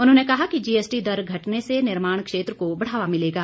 उन्होंने कहा कि जीएसटी दर घटने से निर्माण क्षेत्र को बढ़ावा मिलेगा